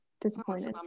disappointed